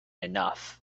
enough